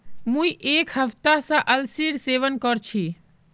मुई एक हफ्ता स अलसीर सेवन कर छि